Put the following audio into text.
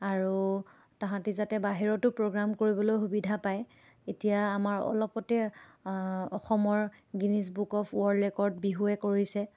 আৰু তাহাঁতি যাতে বাহিৰতো প্ৰগ্ৰাম কৰিবলৈ সুবিধা পায় এতিয়া আমাৰ অলপতে অসমৰ Guinness book of world record বিহুৱে কৰিছে